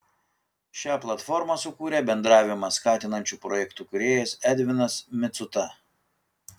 šią platformą sukūrė bendravimą skatinančių projektų kūrėjas edvinas micuta